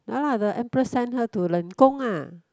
ya lah the emperor send her to Leng Gong ah